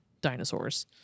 dinosaurs